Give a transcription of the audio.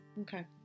Okay